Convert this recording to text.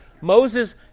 Moses